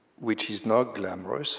which is not glamorous